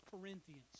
Corinthians